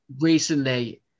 recently